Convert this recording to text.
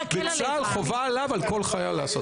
וצה"ל חובה עליו על כל חייל לעשות את זה.